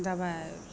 दबाइ